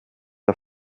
der